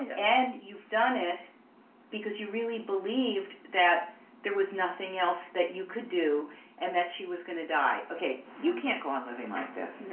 and you've done it because you really believed that there was nothing else that you could do and that she was gonna die. ok, you can't go on living like this.